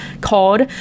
called